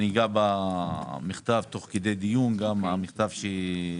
אני אגע במכתב תוך כדי דיון, גם המכתב ששלחתי,